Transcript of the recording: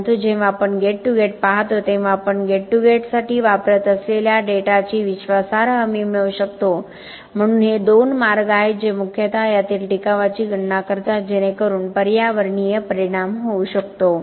परंतु जेव्हा आपण गेट टू गेट पाहतो तेव्हा आपण गेट टू गेटसाठी वापरत असलेल्या डेटाची विश्वासार्ह हमी मिळवू शकतो म्हणून हे दोन मार्ग आहेत जे मुख्यतः यातील टिकावाची गणना करतात जेणेकरून पर्यावरणीय परिणाम होऊ शकतो